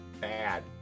bad